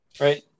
right